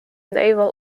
naval